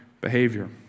behavior